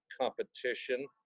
competition